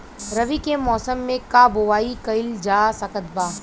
रवि के मौसम में का बोआई कईल जा सकत बा?